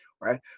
right